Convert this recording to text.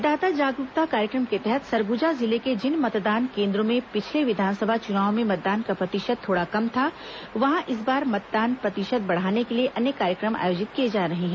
मतदाता जागरूकता कार्यक्रम के तहत सरगुजा जिले के जिन मतदान केन्द्रों में पिछले विधानसभा चुनाव में मतदान का प्रतिशत थोड़ा कम था वहां इस बार मतदान प्रतिशत बढ़ाने के लिए अनेक कार्यक्रम आयोजित किए जा रहे हैं